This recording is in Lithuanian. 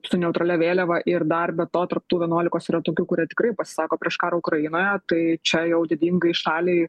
su neutralia vėliava ir dar be to tarp tų vienuolikos yra tokių kurie tikrai pasisako prieš karą ukrainoje tai čia jau didingai šaliai